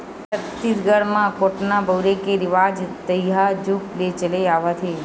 छत्तीसगढ़ म कोटना बउरे के रिवाज तइहा जुग ले चले आवत हे